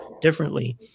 differently